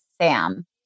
Sam